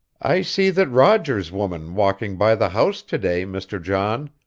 i see that rogers woman walkin' by the house to-day, mr. john,